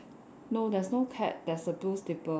no there's no cat there's a blue slipper